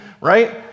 right